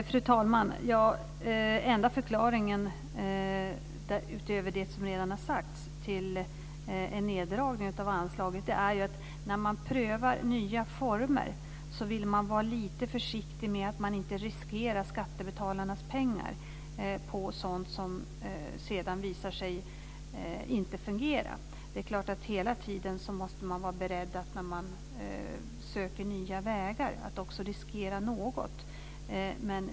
Fru talman! Den enda förklaringen, utöver det som redan har sagts, till en neddragning av anslaget är att när man prövar nya former så vill man vara lite försiktig, och inte riskera skattebetalarnas pengar på sådant som sedan inte visar sig fungera. När man söker nya vägar måste man hela tiden vara beredd att också riskera något.